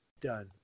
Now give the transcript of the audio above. done